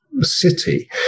city